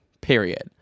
Period